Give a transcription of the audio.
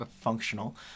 functional